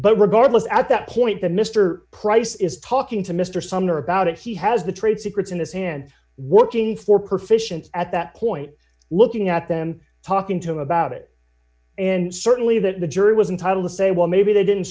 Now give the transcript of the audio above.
but regardless at that point that mr price is talking to mr sumner about it he has the trade secrets in his hand working for per fish and at that point looking at them talking to him about it and certainly that the jury was entitle to say well maybe they didn't